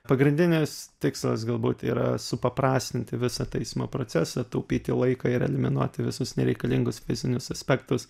pagrindinis tikslas galbūt yra supaprastinti visą teismo procesą taupyti laiką ir eliminuoti visus nereikalingus fizinius aspektus